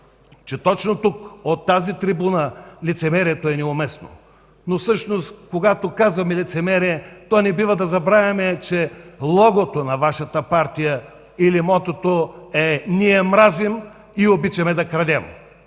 точно тук, от тази трибуна, лицемерието е неуместно. Но всъщност, когато казваме лицемерие, не бива да забравяме, че логото на Вашата партия или мотото е: „Ние мразим и обичаме да крадем”.